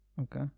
Okay